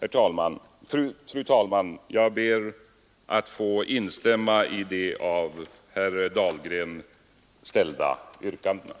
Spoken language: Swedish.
Fru talman! Jag ber att få instämma i det av herr Dahlgren ställda yrkandet.